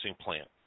plant